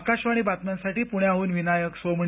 आकाशवाणी बातम्यांसाठी पुण्याहून विनायक सोमणी